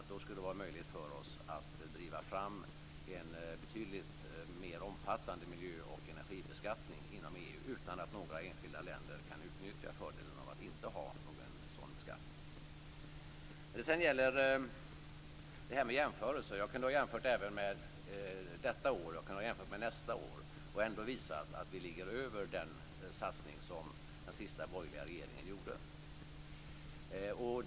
Det skulle göra det möjligt för oss att driva fram en betydligt mer omfattande miljö och energibeskattning inom EU utan att några enskilda länder kan utnyttja fördelen av att inte ha någon sådan beskattning. När det sedan gäller detta med jämförelser kunde jag även ha gjort en jämförelse med detta år eller nästa år och ändå visat att vår satsning ligger över den satsning som den senaste borgerliga regeringen gjorde.